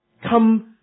Come